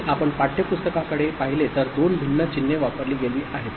आणि आपण पाठ्यपुस्तकाकडे पाहिले तर दोन भिन्न चिन्हे वापरली गेली आहेत